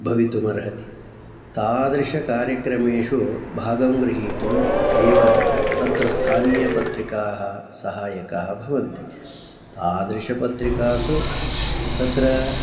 भवितुमर्हति तादृशकार्यक्रमेषु भागं गृहीतुम् एव तत्र स्थानीयपत्रिकाः सहाय्यकाः भवन्ति तादृशपत्रिकासु तत्र